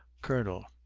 colonel.